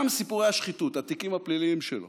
גם סיפורי השחיתות, התיקים הפליליים שלו